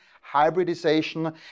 hybridization